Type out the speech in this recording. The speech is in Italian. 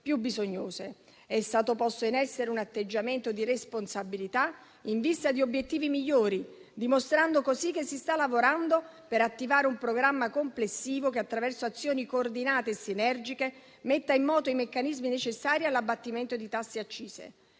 più bisognose. È stato posto in essere un atteggiamento di responsabilità in vista di obiettivi migliori, dimostrando così che si sta lavorando per attivare un programma complessivo che, attraverso azioni coordinate e sinergiche, metta in moto i meccanismi necessari all'abbattimento di tasse e accise.